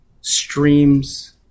streams